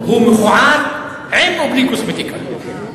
הוא מכוער עם או בלי קוסמטיקה.